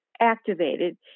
activated